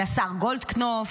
על השר גולדקנופ?